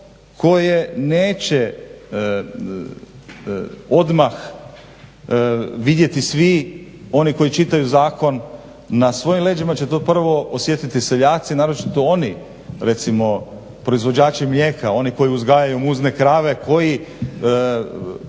koje neće odmah vidjeti svi oni koji čitaju zakon, na svojim leđima će to prvo osjetiti seljaci naročito oni, recimo proizvođači mlijeka, oni koji uzgajaju muzne krave, koji,